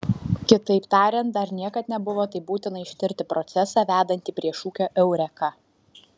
kitaip tariant dar niekad nebuvo taip būtina ištirti procesą vedantį prie šūkio eureka